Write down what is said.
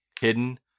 hidden